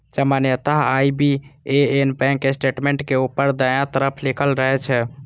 सामान्यतः IBAN bank statement के ऊपर दायां तरफ लिखल रहै छै